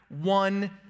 one